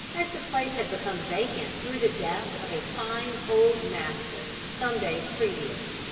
as the place had become vacant through the death of a fine old mastiff some days previous.